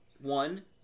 One